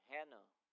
Hannah